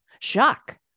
shock